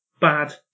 bad